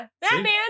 Batman